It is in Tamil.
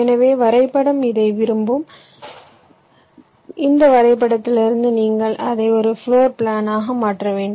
எனவே வரைபடம் இவ்வாறு இருக்கும்இந்த வரைபடத்திலிருந்து அதை ஒரு பிளோர் பிளானாக மாற்ற வேண்டும்